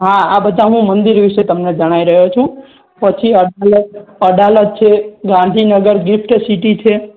હા આ બધા હું મંદિર વિશે તમને જણાઈ રહ્યો છું પછી અડ અડાલત છે ગાંધીનગર ગીફ્ટ સીટી છે